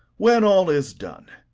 when all is done,